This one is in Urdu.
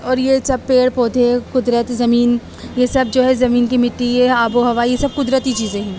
اور یہ سب پیڑ پودے قدرتی زمین یہ سب جو ہے زمین کی مٹی یہ آب و ہوا یہ سب قدرتی چیزیں ہیں